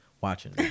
watching